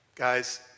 Guys